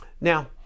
Now